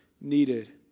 needed